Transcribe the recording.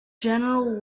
general